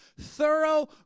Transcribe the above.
thorough